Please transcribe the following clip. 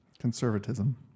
conservatism